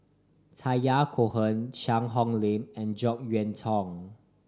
Cohen Cheang Hong Lim and Jek Yeun Thong